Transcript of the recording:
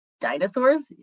Dinosaurs